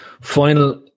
final